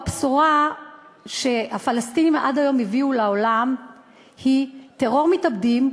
הבשורה שהפלסטינים עד היום הביאו לעולם היא טרור מתאבדים,